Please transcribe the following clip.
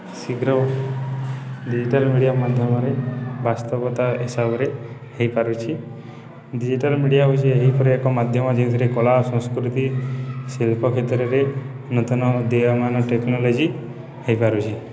ଶୀଘ୍ର digital media ମାଧ୍ୟମରେ ବାସ୍ତବତା ହିସାବରେ ହେଇପାରୁଛି ଡିଜିଟାଲ ମିଡ଼ିଆ ହେଉଛି ଏହିପରି ଏକ ମାଧ୍ୟମ ଯେଉଁଥିରେ କଳା ସଂସ୍କୃତି ଶିଳ୍ପ କ୍ଷେତ୍ରରେ ନୂତନ ଦେଅମାନ ଟେକ୍ନୋଲୋଜି ହେଇପାରୁଛି